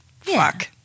fuck